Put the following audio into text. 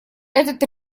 этот